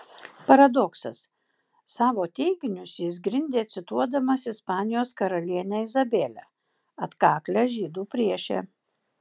paradoksas savo teiginius jis grindė cituodamas ispanijos karalienę izabelę atkaklią žydų priešę